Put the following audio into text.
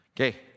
Okay